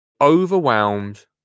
overwhelmed